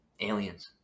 aliens